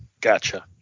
Gotcha